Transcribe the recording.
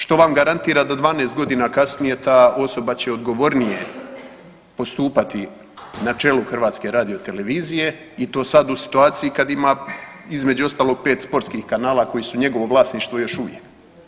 Što vam garantira da 12 godina kasnije ta osoba će odgovornije postupati na čelu HRT-a i to sad u situaciji kad ima, između ostalog 5 sportskih kanala koji su njegovo vlasništvo još uvijek?